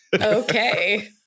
Okay